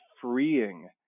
freeing